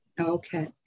Okay